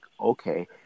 okay